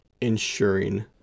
ensuring